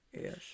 Yes